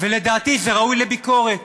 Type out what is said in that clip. ולדעתי זה ראוי לביקורת.